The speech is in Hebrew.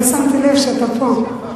לא שמתי לב שאתה פה.